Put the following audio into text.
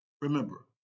Remember